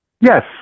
Yes